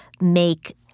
make